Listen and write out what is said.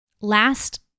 last